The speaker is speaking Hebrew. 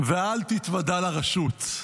ואל תתוודע לרשות".